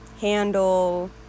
handle